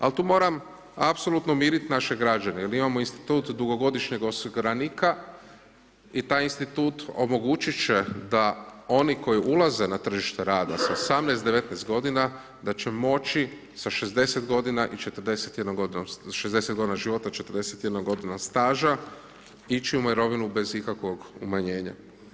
Al tu moram apsolutno umirit naše građane, jer imamo institut dugogodišnjeg osiguranika, i taj institut omogućit će da oni koji ulaze na tržište rada sa 18, 19 godina, da će moći sa 60 godina i 41 godinom, 60 godina života i 41 godinom staža, ići u mirovinu bez ikakvog umanjenja.